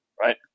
right